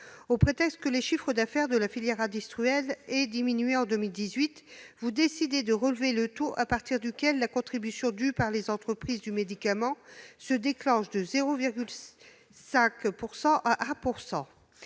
Au prétexte que le chiffre d'affaires de la filière industrielle aurait diminué en 2018, vous décidez, madame la ministre, de relever le taux à partir duquel la contribution due par les entreprises du médicament se déclenche de 0,5 % à 1 %.